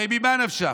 הרי ממה נפשך?